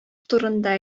турында